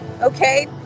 Okay